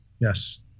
Yes